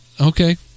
Okay